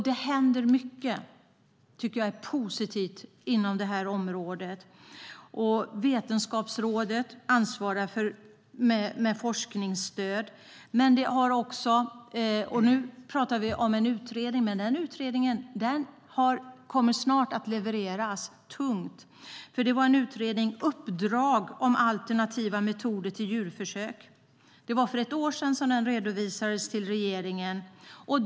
Det händer mycket inom detta område, vilket jag tycker är positivt. Vetenskapsrådet ansvarar för forskningsstöd. Nu talar vi om en utredning, och denna utredning kommer snart att levereras. Utredningen Uppdrag om alternativa metoder till djurförsök redovisades för ett år sedan för regeringen.